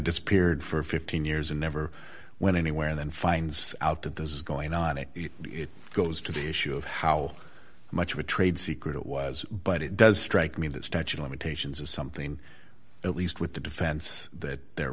disappeared for fifteen years and never went anywhere then finds out that this is going on and it goes to the issue of how much of a trade secret it was but it does strike me that stretching limitations is something at least with the defense that they're